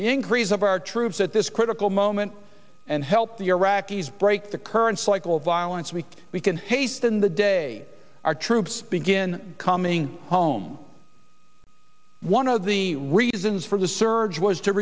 the increase of our troops at this critical moment and help the iraqis break the current cycle of violence we we can hasten the day our troops begin coming home one of the reasons for the surge was to